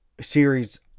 series